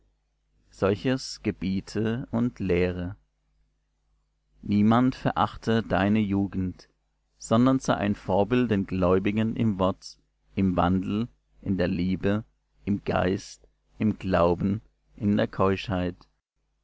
solches gebiete und lehre niemand verachte deine jugend sondern sei ein vorbild den gläubigen im wort im wandel in der liebe im geist im glauben in der keuschheit